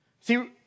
See